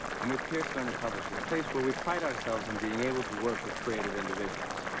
and with pearce learner publishing. a place where we pride ourselves in being able to work with creative individuals.